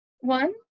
One